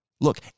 Look